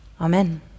Amen